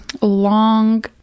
long